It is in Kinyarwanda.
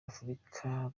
afurika